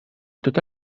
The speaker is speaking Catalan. tota